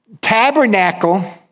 tabernacle